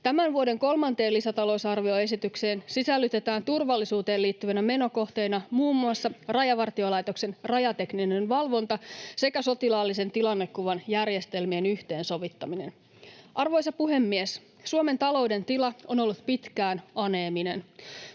Tämän vuoden kolmanteen lisätalousarvioesitykseen sisällytetään turvallisuuteen liittyvinä menokohteina muun muassa Rajavartiolaitoksen rajatekninen valvonta sekä sotilaallisen tilannekuvan järjestelmien yhteensovittaminen. Arvoisa puhemies! Suomen talouden tila on ollut pitkään aneeminen.